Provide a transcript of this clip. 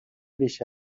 بیش